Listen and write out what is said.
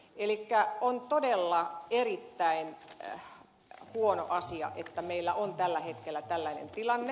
elikkä on todella erittäin huono asia että meillä on tällä hetkellä tällainen tilanne